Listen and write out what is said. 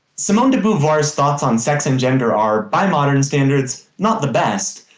simone de beauvoir's thoughts on sex and gender are, by modern standards, not the best,